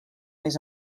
més